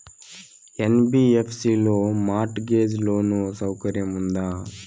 NBFC లో mortgage loan సౌకర్యం ఉందా?